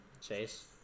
Chase